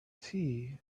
tea